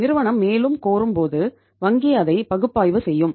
நிறுவனம் மேலும் கோரும் போது வங்கி அதை பகுப்பாய்வு செய்யும்